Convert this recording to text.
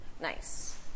Nice